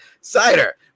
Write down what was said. cider